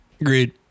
agreed